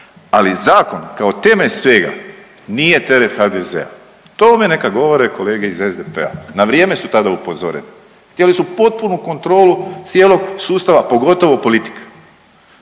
ali zakon kao temelj svega nije teret HDZ-a tome neka govore kolege iz SDP-a na vrijeme su tada upozoreni. Htjeli su potpunu kontrolu cijelog sustava pogotovo politika